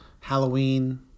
Halloween